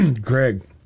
Greg